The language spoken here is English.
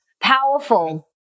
Powerful